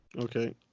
Okay